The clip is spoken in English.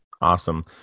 awesome